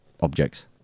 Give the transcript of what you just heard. objects